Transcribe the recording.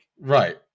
right